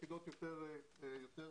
בשירות הצבאי, וגם איתן מכיר את זה,